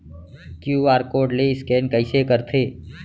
QR code ले scan कइसे करथे?